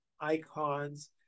icons